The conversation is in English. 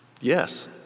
Yes